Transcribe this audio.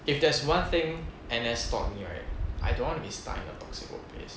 if there's one thing N_S taught me right I don't want to be stuck in a toxic workplace